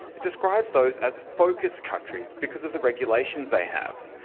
it describes those as focus countries because of the regulations they have.